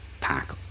Pack